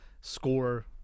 score